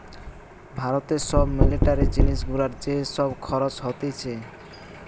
ভারতে সব মিলিটারি জিনিস গুলার যে সব খরচ হতিছে